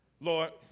Lord